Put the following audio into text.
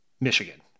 Michigan